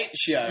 show